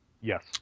Yes